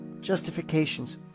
justifications